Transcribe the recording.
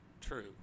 true